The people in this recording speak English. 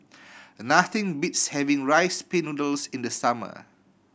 nothing beats having Rice Pin Noodles in the summer